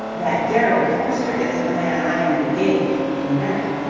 that gerald foster is the man i am engaged to marry.